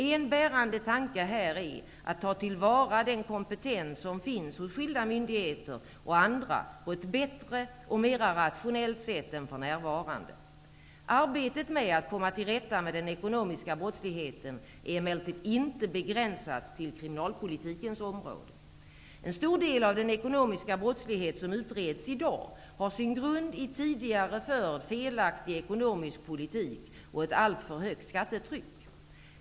En bärande tanke här är att ta till vara den kompetens som finns hos skilda myndigheter och andra på ett bättre och mera rationellt sätt än för närvarande. Arbetet med att komma till rätta med den ekonomiska brottsligheten är emellertid inte begränsat till kriminalpolitikens område. En stor del av den ekonomiska brottslighet som utreds i dag har sin grund i tidigare förd felaktig ekonomisk politik och ett alltför högt skattetryck.